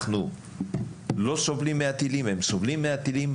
אנחנו לא סובלים מהטילים, הם סובלים מהטילים.